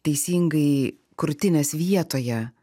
teisingai krūtinės vietoje